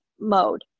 mode